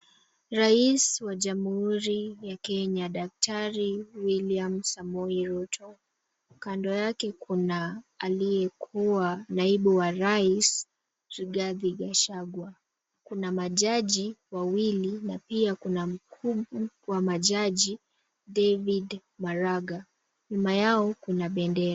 Rais wa jamhuri ya Kenya daktari William Samoei Ruto. Kando yake kuna aliyekuwa naibu wa rais Rigathi Gachagua. Kuna majaji wawili na pia kuna mkuu wa majaji David Maraga. Nyuma yao kuna bendera.